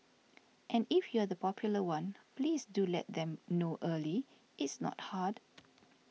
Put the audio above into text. and if you're the popular one please do let them know early it's not hard